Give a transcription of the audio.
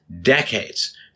decades